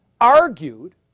argued